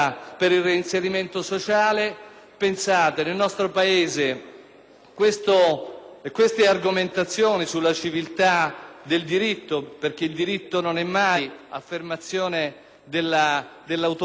queste argomentazioni sulla civiltà del diritto - perché il diritto non è mai affermazione dell'autoritarismo dello Stato, ma riconoscimento dei diritti - già c'erano